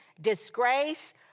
disgrace